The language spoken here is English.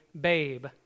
babe